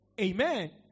Amen